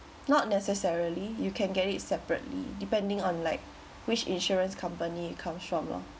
not necessarily you can get it separately depending on like which insurance company it comes from lah